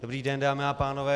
Dobrý den, dámy a pánové.